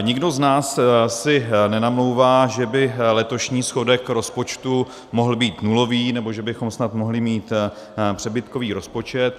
Nikdo z nás si nenamlouvá, že by letošní schodek rozpočtu mohl být nulový, nebo že bychom snad mohli mít přebytkový rozpočet.